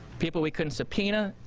people we couldn't subpoena,